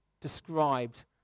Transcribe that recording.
described